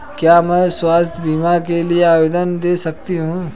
क्या मैं स्वास्थ्य बीमा के लिए आवेदन दे सकती हूँ?